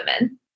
Women